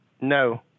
No